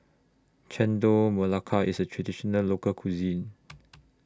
Chendol Melaka IS A Traditional Local Cuisine